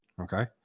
okay